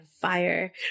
fire